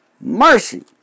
Mercy